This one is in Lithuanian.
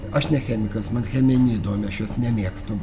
aš ne chemikas man chemija neįdomi aš jos nemėgstu